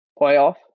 playoff